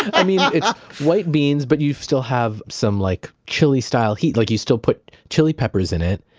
i mean, it's white beans, but you still have some like chili style heat. like you still put chili peppers in it.